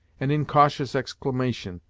an incautious exclamation,